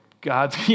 God's